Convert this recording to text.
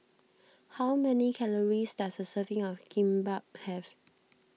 how many calories does a serving of Kimbap have